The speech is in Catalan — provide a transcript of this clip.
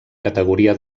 categoria